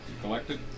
Collected